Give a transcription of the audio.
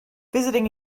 visiting